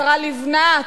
השרה לבנת,